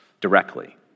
directly